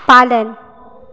पालन